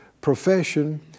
profession